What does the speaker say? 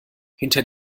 hinter